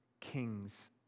kings